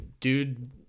dude